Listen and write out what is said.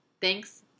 Thanks